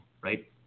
right